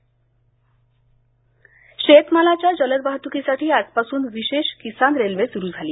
किसान railway शेतमालाच्या जलद वाहतुकीसाठी आजपासून विशेष किसान रेल्वे सुरू झाली